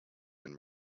and